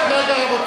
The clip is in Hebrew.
של מי?